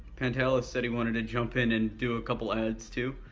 pentalex said he wanted to jump in and do a couple ads too.